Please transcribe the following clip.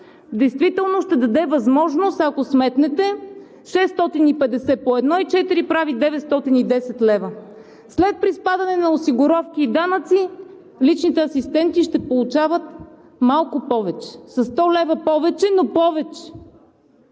действително ще даде възможност, ако сметнете 650 по 1,4, прави 910 лв. След приспадане на осигуровки и данъци, личните асистенти ще получават малко повече – със 100 лв. повече, но повече.